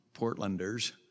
Portlanders